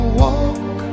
walk